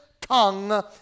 tongue